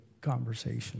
conversation